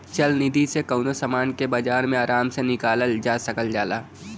चल निधी से कउनो समान के बाजार मे आराम से निकालल जा सकल जाला